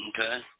Okay